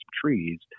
trees